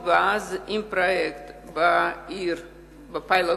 אם פרויקט הפיילוט